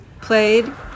played